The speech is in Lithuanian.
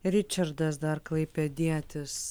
ričardas dar klaipėdietis